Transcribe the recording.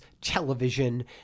television